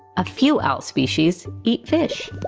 a few owl species eat fish.